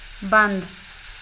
بنٛد